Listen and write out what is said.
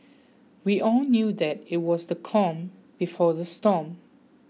we all knew that it was the calm before the storm